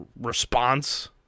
response